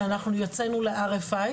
שאנחנו הוצאנו ל-RFI,